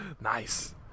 Nice